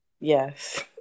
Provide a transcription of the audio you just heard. Yes